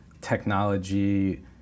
technology